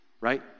right